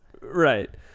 Right